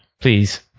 Please